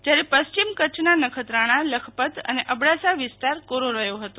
જયારે પશ્ચિમ કચ્છના નખત્રાણા લખપત અને અબડાસા વિસ્તાર કોરો રહ્યો હતો